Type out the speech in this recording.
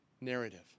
narrative